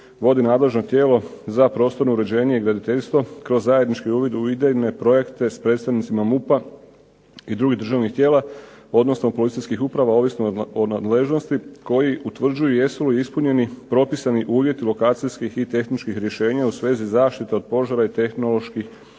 vodi nadležno tijelo za prostorno uređenje i graditeljstvo kroz zajednički uvid u idejne projekte s predstavnicima MUP-a i drugim državnih tijela, odnosno policijskih uprava ovisno o nadležnosti koji utvrđuju jesu li ispunjeni propisani uvjeti lokacijskih i tehničkih rješenja u svezi zaštite od požara i tehnoloških